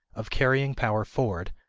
of carrying power forward,